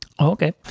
Okay